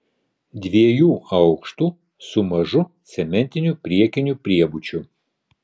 dviejų aukštų su mažu cementiniu priekiniu priebučiu